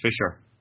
Fisher